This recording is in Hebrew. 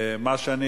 מה שאני